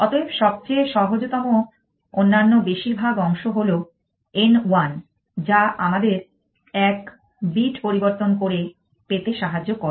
অতএব সবচেয়ে সহজতম অন্যান্য বেশিরভাগ অংশ হল n 1 যা আমাদের এক বিট পরিবর্তন করে পেতে সাহায্য করে